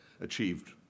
achieved